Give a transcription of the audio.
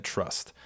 Trust